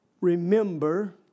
remember